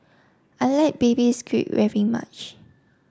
I like baby squid very much